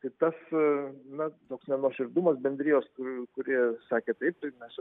tai tas na toks nenuoširdumas bendrijos kur kurie sakė taip tai mes